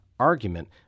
Argument